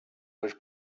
was